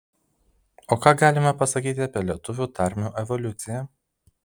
o ką galime pasakyti apie lietuvių tarmių evoliuciją